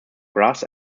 graz